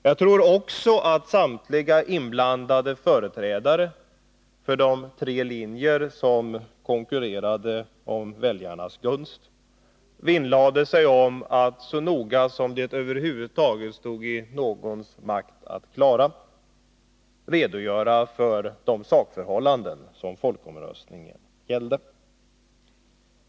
Jag tror också att samtliga inblandade företrädare för de tre linjer som konkurrerade om väljarnas gunst vinnlade sig om att så noga som det över huvud taget stod i någons makt redogöra för de sakförhållanden som folkomröstningen gällde.